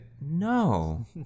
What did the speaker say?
no